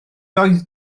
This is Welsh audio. doedd